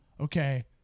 Okay